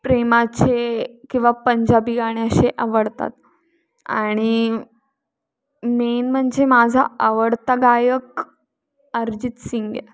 प्रेमाचे किंवा पंजाबी गाणे असे आवडतात आणि मेन म्हणजे माझा आवडता गायक अरिजित सिंग आहे